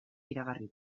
iragarri